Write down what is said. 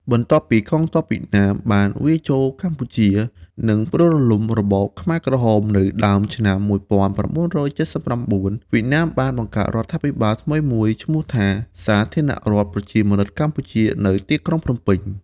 បន្ទាប់ពីកងទ័ពវៀតណាមបានវាយចូលកម្ពុជា និងផ្ដួលរំលំរបបខ្មែរក្រហមនៅដើមឆ្នាំ ១៩៧៩ វៀតណាមបានបង្កើតរដ្ឋាភិបាលថ្មីមួយឈ្មោះថា សាធារណរដ្ឋប្រជាមានិតកម្ពុជា នៅទីក្រុងភ្នំពេញ ។